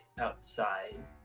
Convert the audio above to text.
outside